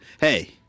hey